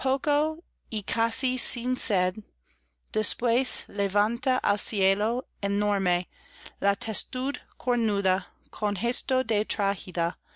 y casi sin sed después levanta al cielo enorme la testud cornuda con gesto de